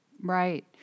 Right